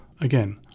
Again